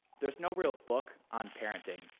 there's no real book on parenting,